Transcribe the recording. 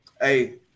Hey